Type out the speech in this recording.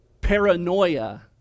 paranoia